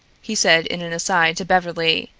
he said in an aside to beverly,